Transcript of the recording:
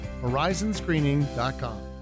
Horizonscreening.com